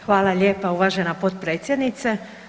Hvala lijepa, uvažena potpredsjednice.